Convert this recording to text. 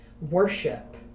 worship